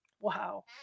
wow